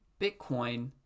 Bitcoin